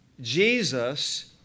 Jesus